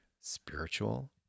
spiritual